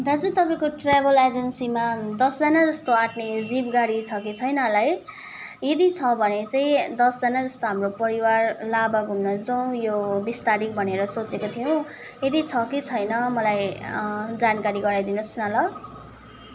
दाजु तपाईँको ट्राभल एजेन्सीमा दसजना जस्तो अट्ने जिप गाडी छ कि छैन होला है यदि छ भने चाहिँ दसजना जस्तो हाम्रो परिवार लाभा घुम्न जाऔँ यो बिस तारिक भनेर सोचेको थियौँ यदि छ कि छैन मलाई जानकारी गराइदिनुहोस् न ल